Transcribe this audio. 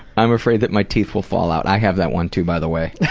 i'm afraid that my teeth will fall out. i have that one too by the way.